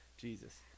Jesus